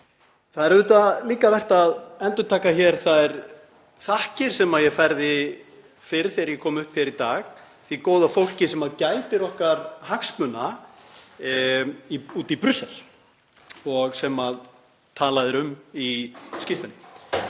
Það er auðvitað líka vert að endurtaka þær þakkir sem ég færði fyrr í dag, þegar ég kom hér upp, því góða fólki sem gætir okkar hagsmuna úti í Brussel og sem talað er um í skýrslunni.